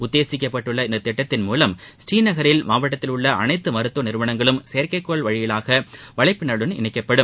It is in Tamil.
உத்தேசிக்கப்பட்டுள்ள இந்த திட்டத்தின் மூலம் ஸ்ரீநகரில் மாவட்டத்திலுள்ள அனைத்து மருத்துவ நிறுவனங்களும் செயற்கைக்கோள் வழியிலான வவைப்பின்னலுடன் இணைக்கப்படும்